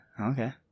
Okay